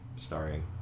starring